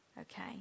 Okay